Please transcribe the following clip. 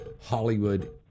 Hollywood